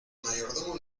mayordomo